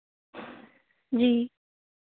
जी